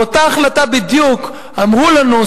באותה החלטה בדיוק אמרו לנו,